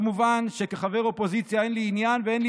כמובן שכחבר אופוזיציה אין לי עניין ואין לי